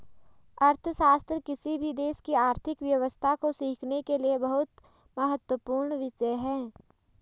अर्थशास्त्र किसी भी देश की आर्थिक व्यवस्था को सीखने के लिए बहुत महत्वपूर्ण विषय हैं